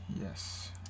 Yes